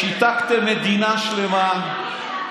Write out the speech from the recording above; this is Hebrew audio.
שיתקתם מדינה שלמה,